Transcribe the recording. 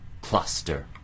cluster